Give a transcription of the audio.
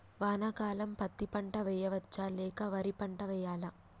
వానాకాలం పత్తి పంట వేయవచ్చ లేక వరి పంట వేయాలా?